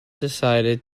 decided